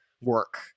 work